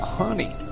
honey